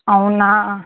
అవునా